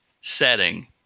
setting